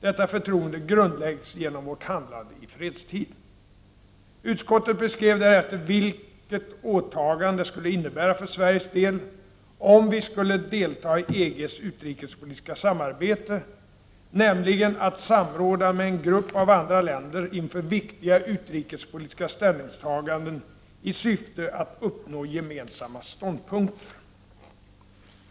Detta förtroende grundläggs genom vårt handlande i fredstid.” Utskottet beskrev därefter vilket åtagande det skulle innebära för Sveriges del om vi skulle delta i EG:s utrikespolitiska samarbete — nämligen ”att samråda med en grupp av andra länder inför viktiga utrikespolitiska ställningstaganden i syfte att uppnå gemensamma ståndpunkter”.